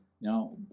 now